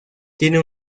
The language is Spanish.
tiene